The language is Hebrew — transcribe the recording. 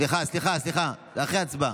סליחה, סליחה, זה אחרי ההצבעה.